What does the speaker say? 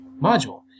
module